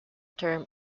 term